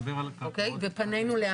אוקיי, ופנינו לאן?